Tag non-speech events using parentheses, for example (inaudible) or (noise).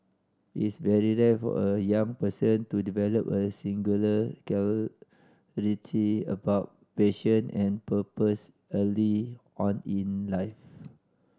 it's very rare for a young person to develop a singular (unintelligible) clarity about passion and purpose early on in life